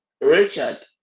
Richard